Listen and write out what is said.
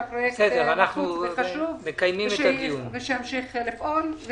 שהפרויקט חשוב ושימשיך לפעול.